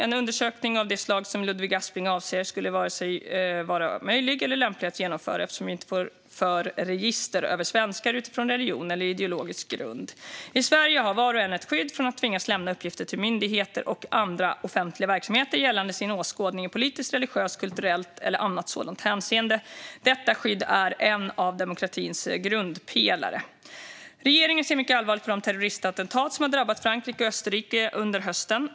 En undersökning av det slag som Ludvig Aspling avser skulle inte vara vare sig möjlig eller lämplig att genomföra, eftersom vi inte för register över svenskar utifrån religion eller ideologisk grund. I Sverige har var och en ett skydd från att tvingas lämna uppgifter till myndigheter och andra offentliga verksamheter gällande sin åskådning i politiskt, religiöst, kulturellt eller annat sådant hänseende. Detta skydd är en av demokratins grundpelare. Regeringen ser mycket allvarligt på de terroristattentat som har drabbat Frankrike och Österrike under hösten.